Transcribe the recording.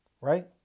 right